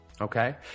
okay